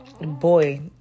Boy